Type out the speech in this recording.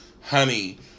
Honey